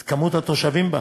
את מספר התושבים בה,